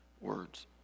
words